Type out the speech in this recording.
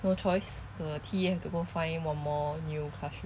no choice the T_A have to go find one more new classroom